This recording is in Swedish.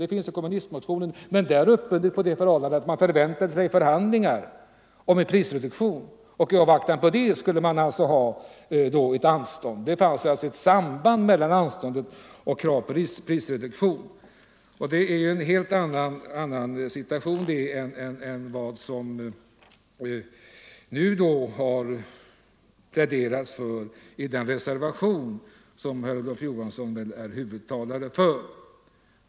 Det finns i kommunisternas motion, men där bygger det kravet på förhållandet att man förväntar sig förhandlingar om en prisreduktion. I avvaktan på förhandlingar om priset begärs alltså anstånd med betalningen. Det finns ett logiskt samband mellan kravet på anstånd och kravet på prisreduktion, och det är något helt annat än vad som förespråkas i den reservation som herr Olof Johansson väl är huvudtalare för.